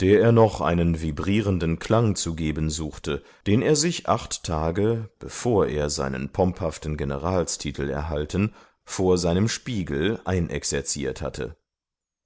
der er noch einen vibrierenden klang zu geben suchte den er sich acht tage bevor er seinen pomphaften generalstitel erhalten vor seinem spiegel einexerziert hatte